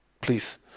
please